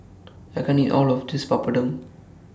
I can't eat All of This Papadum